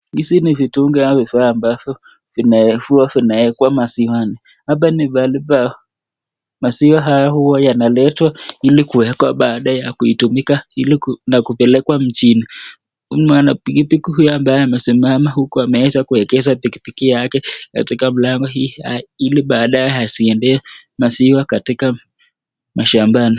Hizi nii vitungi ama vifaa ambavyo huwa vinawekwa maziwani. Hapa ni pahali pa maziwa haya huwa yanaletwa ili kuwekwa baada ya kuitumika ili na kupelekwa mjini. Huu maana pikipiki huyu ambaye amesimama huku ameweza kuegesha pikipiki yake katika mlango hii ili badae aziendee maziwa katika mashambani.